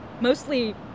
mostly